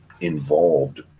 involved